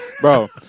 Bro